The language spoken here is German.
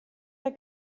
der